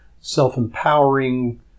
self-empowering